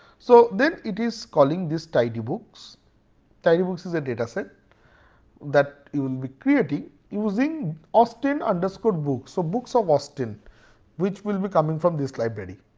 so then it is calling this tidy books tidy books is a dataset that you will be creating using austen underscore books. so books of austen which will be coming from this library.